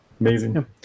amazing